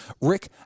Rick